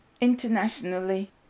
Internationally